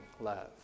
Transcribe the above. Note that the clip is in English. love